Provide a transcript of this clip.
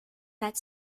that